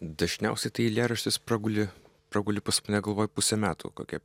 dažniausiai tai eilėraštis praguli praguli pas mane galvoj pusę metų kokią